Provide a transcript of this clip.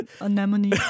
anemone